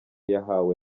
yahawe